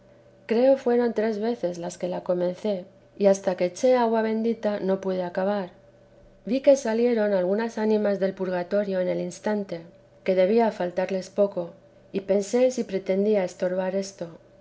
creo fueron tres veces las que la comencé y hasta que eché agua bendita no pude acabar vi que salieron algunas ánimas del purgatorio en el instante que debía faltarles poco y pensé si pretendía estorbar esto